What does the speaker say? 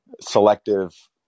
selective